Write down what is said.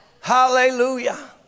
Hallelujah